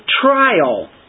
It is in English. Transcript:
trial